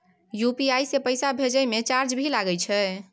UPI से पैसा भेजै म चार्ज भी लागे छै?